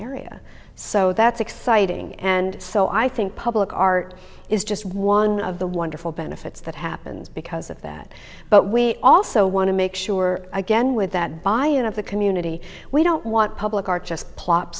area so that's exciting and so i think public art is just one of the wonderful benefits that happens because of that but we also want to make sure again with that by end of the community we don't want public art just plop